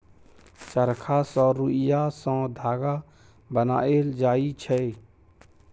चरखा सँ रुइया सँ धागा बनाएल जाइ छै